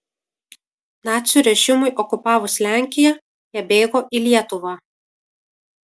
nacių režimui okupavus lenkiją jie bėgo į lietuvą